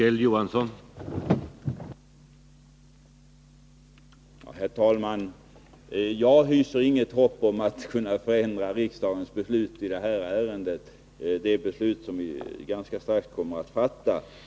Herr talman! Jag hyser naturligtvis inget hopp om att kunna förändra riksdagens beslut i det här ärendet — det beslut som kammaren ganska snart kommer att fatta.